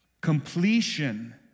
completion